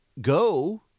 go